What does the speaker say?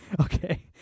Okay